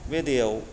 बे दैयाव